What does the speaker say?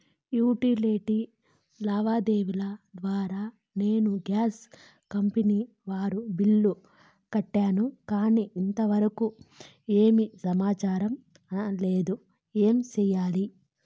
Utility లావాదేవీల ద్వారా నేను గ్యాస్ కంపెని వారి బిల్లు కట్టాను కానీ ఇంతవరకు ఏమి సమాచారం లేదు, ఏమి సెయ్యాలి?